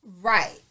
right